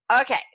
Okay